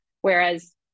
Whereas